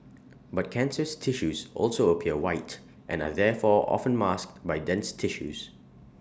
but cancerous tissues also appear white and are therefore often masked by dense tissues